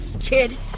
kid